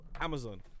Amazon